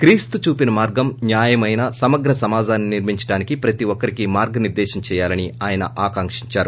క్రీస్తు చూపిన మార్గం న్యాయమైన సమగ్ర సమాజాన్ని నిర్మించటానికి ప్రతి ఒక్కరికీ మార్గనిర్గేశం చేయాలని ప్రధాని ఆకాంక్షించారు